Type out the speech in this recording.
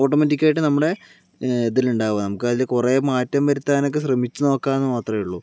automatic ആയിട്ട് നമ്മുടെ ഇതിലുണ്ടാവുക നമുക്കതില് കുറേ മാറ്റം വരുത്താനൊക്കെ ശ്രമിച്ച് നോക്കാമെന്ന് മാത്രമേ ഉള്ളൂ